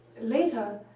later,